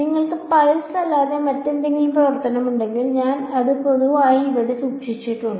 നിങ്ങൾക്ക് പൾസ് അല്ലാതെ മറ്റെന്തെങ്കിലും പ്രവർത്തനമുണ്ടെങ്കിൽ ഞാൻ അത് പൊതുവായി ഇവിടെ സൂക്ഷിച്ചിട്ടുണ്ട്